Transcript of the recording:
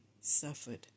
suffered